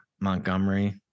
Montgomery